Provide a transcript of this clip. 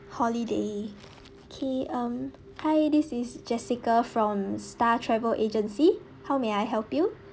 holiday okay um hi this is jessica from star travel agency how may I help you